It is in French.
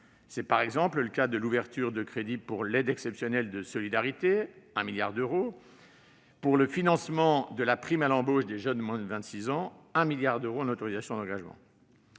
c'est, par exemple, le cas de l'ouverture de crédits pour l'aide exceptionnelle de solidarité- un milliard d'euros -ou du financement de la prime à l'embauche des jeunes de moins de 26 ans- un milliard d'euros en autorisations d'engagement.